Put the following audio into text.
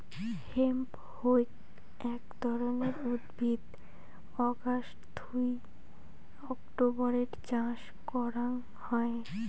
hemp হউক আক ধরণের উদ্ভিদ অগাস্ট থুই অক্টোবরের চাষ করাং হই